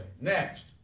next